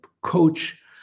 coach